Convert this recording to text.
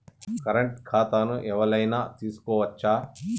Current ఖాతాను ఎవలైనా తీసుకోవచ్చా?